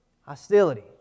Hostility